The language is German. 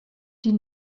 die